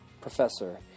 Professor